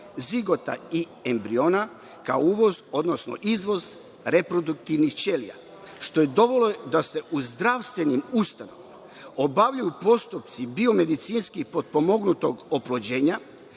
zigota i embriona, kao i uvoz, odnosno izvoz reproduktivnih ćelija, što je dovelo da se u zdravstvenim ustanovama obavljaju postupci biomedicinski potpomognutog oplođenja,